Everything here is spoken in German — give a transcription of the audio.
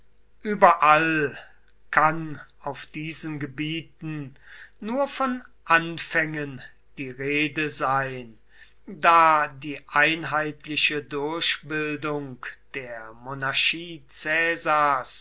überall kann auf diesen gebieten nur von anfängen die rede sein da die einheitliche durchbildung der monarchie